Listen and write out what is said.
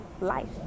life